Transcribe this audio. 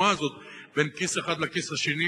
בתנועה בין כיס אחד לכיס השני,